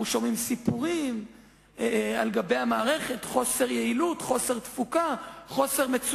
אנחנו שומעים סיפורים על המערכת: חוסר יעילות,